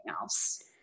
else